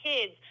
kids